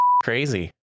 crazy